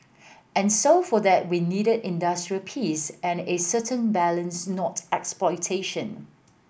and so for that we needed industrial peace and a certain balance not exploitation